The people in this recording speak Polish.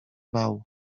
bał